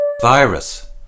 Virus